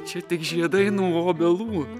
čia tik žiedai nuo obelų